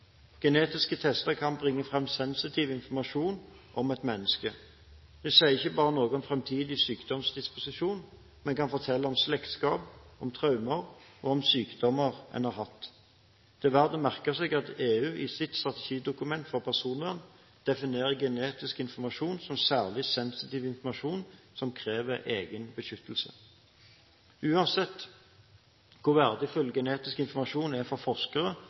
Genetiske tester kan bringe fram sensitiv informasjon om et menneske. Det sier ikke bare noe om framtidig sykdomsdisposisjon, men kan fortelle om slektskap, traumer og sykdommer en har hatt. Det er verdt å merke seg at EU i sitt strategidokument for personvern definerer genetisk informasjon som særlig sensitiv informasjon som krever egen beskyttelse. Uansett hvor verdifull genetisk informasjon er for forskere,